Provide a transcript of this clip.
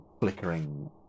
flickering